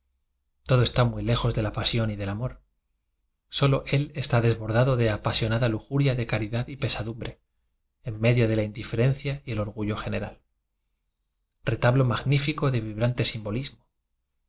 todo está muy lejos de la pasión y del amor solo él está desbordado de apasionada lujuria de caridad y pesa dumbre en medio de la indiferencia y or gullo general retablo magnífico de vibran te